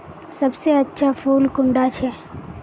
सबसे अच्छा फुल कुंडा छै?